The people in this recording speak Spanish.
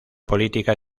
política